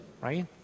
right